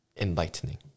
enlightening